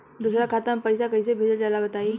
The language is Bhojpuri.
दोसरा खाता में पईसा कइसे भेजल जाला बताई?